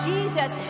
Jesus